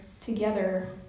together